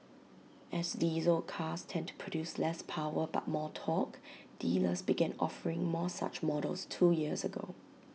as diesel cars tend to produce less power but more torque dealers began offering more such models two years ago